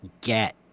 get